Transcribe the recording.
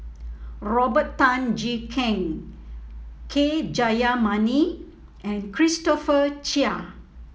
Robert Tan Jee Keng K Jayamani and Christopher Chia